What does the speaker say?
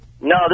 No